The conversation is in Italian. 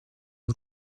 una